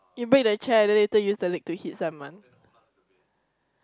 you break the chair then later use the leg to hit someone